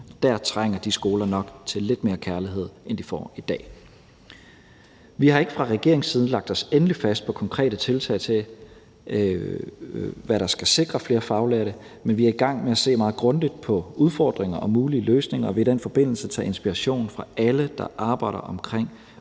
Der trænger de skoler nok til lidt mere kærlighed, end de får i dag. Vi har ikke fra regeringens side lagt os endeligt fast på konkrete tiltag til, hvad der skal sikre flere faglærte, men vi er i gang med at se meget grundigt på udfordringer og mulige løsninger og vil i den forbindelse tage inspiration fra alle, der arbejder omkring